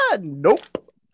Nope